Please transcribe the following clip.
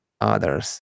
others